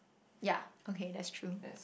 ya okay that's true